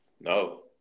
No